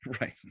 Right